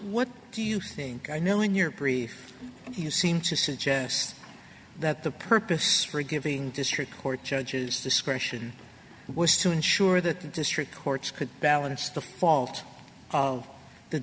what do you think i know in your brief you seem to suggest that the purpose for giving district court judge's discretion was to ensure that the district courts could balance the fault of the